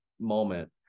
moment